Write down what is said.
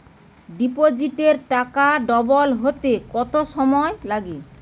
ডিপোজিটে টাকা ডবল হতে কত সময় লাগে?